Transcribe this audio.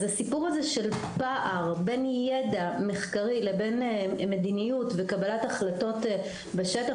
אז הסיפור הזה של הפער בין הידע המחקרי לבין מדיניות וקבלת החלטות בשטח,